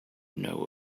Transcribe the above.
know